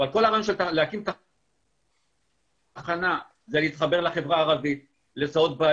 אבל במבחן התוצאה, אדוני הניצב, המצב גרוע